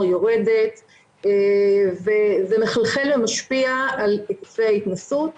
יורדת וזה מחלחל ומשפיע על היקפי ההתנסות.